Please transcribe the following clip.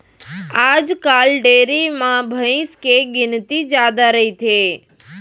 आजकाल डेयरी म भईंस के गिनती जादा रइथे